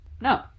no